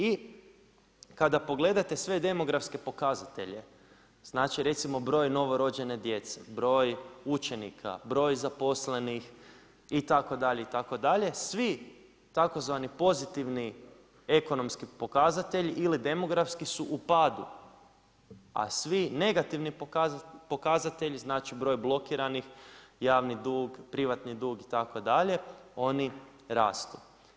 I kada pogledate sve demokratske pokazatelje, znači recimo broj novorođene djece, broj učenika, broj zaposlenih itd., itd., svi tzv. pozitivni ekonomski pokazatelji ili demografski su u padu a svi negativni pokazatelji, znači broj blokiranih, javni dug, privatni dug itd. oni rastu.